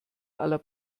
aller